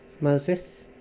Moses